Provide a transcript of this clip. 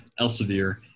Elsevier